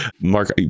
Mark